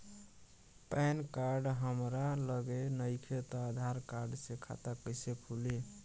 Pan card हमरा लगे नईखे त आधार कार्ड से खाता कैसे खुली?